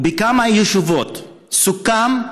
בכמה ישיבות סוכם,